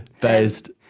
based